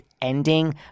ending